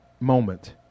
moment